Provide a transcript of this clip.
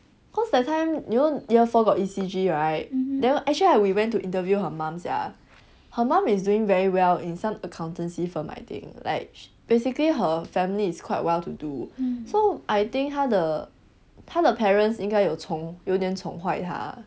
cause that time you know year four got E_C_G right then actually I we went to interview her mum sia her mum is doing very well in some accountancy firm I think like basically her family is quite well to do so I think 他的他的 parents 应该有宠有点宠坏他 ah